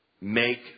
Make